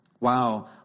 wow